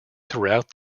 throughout